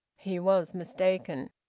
he was mistaken.